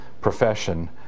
profession